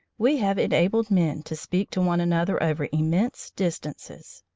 we have enabled men to speak to one another over immense distances.